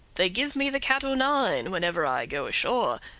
they give me the cat-o'-nine whenever i go ashore.